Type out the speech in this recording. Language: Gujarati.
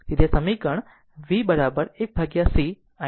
તેથી આ સમીકરણ v 1 c idt